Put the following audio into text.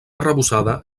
arrebossada